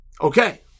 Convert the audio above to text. Okay